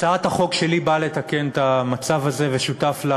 הצעת החוק שלי באה לתקן את המצב הזה, ושותף לה